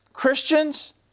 Christians